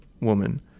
woman